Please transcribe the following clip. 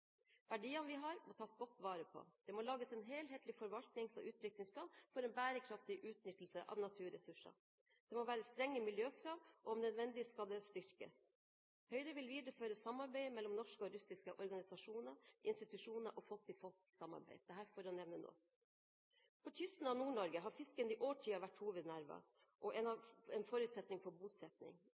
Verdiene vi har, må tas godt vare på. Det må lages en helhetlig forvaltnings- og utviklingsplan for en bærekraftig utnyttelse av naturressursene. Det må være strenge miljøkrav, og om nødvendig skal det styrkes. Høyre vil videreføre samarbeidet mellom norske og russiske organisasjoner, institusjoner og folk–til–folk-samarbeid, dette for å nevne noe. For kysten av Nord-Norge har fisken til alle tider vært hovednerven og en forutsetning for bosetning.